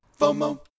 FOMO